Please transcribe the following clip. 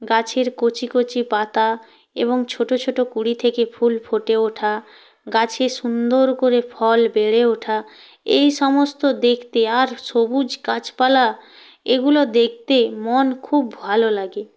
গাছের কচি কচি পাতা এবং ছোট ছোট কুঁড়ি থেকে ফুল ফুটে ওঠা গাছে সুন্দর করে ফল বেড়ে ওঠা এই সমস্ত দেখতে আর সবুজ গাছপালা এগুলো দেখতে মন খুব ভালো লাগে